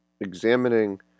examining